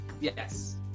Yes